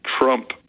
Trump